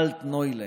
אלטנוילנד".